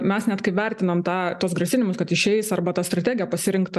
mes net kaip vertinam tą tuos grasinimus kad išeis arba ta strategija pasirinktą